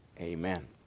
Amen